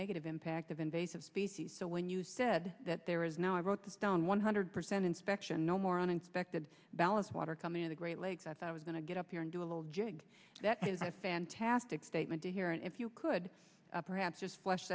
negative impact of invasive species so when you said that there is no i wrote this down one hundred percent inspection no more unexpected ballast water coming in the great lakes i thought i was going to get up here and do a little jig that is a fantastic statement to hear and if you could perhaps just flesh